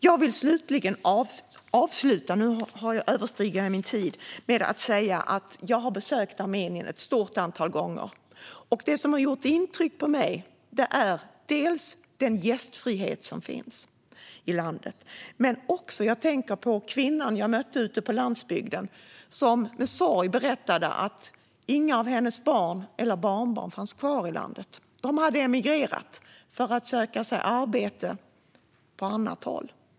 Jag vill avsluta med att säga att jag har besökt Armenien ett stort antal gånger, och det som gjort intryck på mig är den gästfrihet som finns i landet. Men jag tänker också på kvinnan jag mötte ute på landsbygden, som med sorg berättade att inga av hennes barn eller barnbarn fanns kvar i landet. De hade emigrerat för att söka arbete på annat håll.